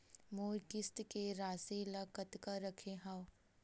मोर किस्त के राशि ल कतका रखे हाव?